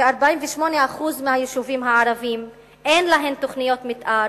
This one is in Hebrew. ש-48% מהיישובים הערביים אין להם תוכניות מיתאר,